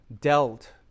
dealt